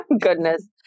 goodness